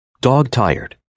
Dog-tired